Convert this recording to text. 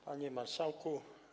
Panie Marszałku!